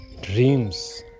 dreams